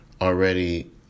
already